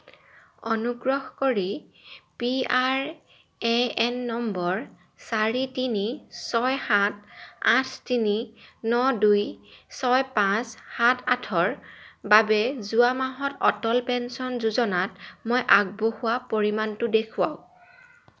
অনুগ্ৰহ কৰি P R A N number চাৰি তিনি ছয় সাত আঠ তিনি ন দুই ছয় পাঁচ সাত আঠ ৰ বাবে যোৱা মাহত অটল পেঞ্চন যোজনাত মই আগবঢ়োৱা পৰিমাণটো দেখুৱাওক